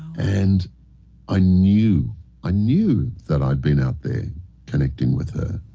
and i knew i knew that i had been out there connecting with her.